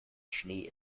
schnee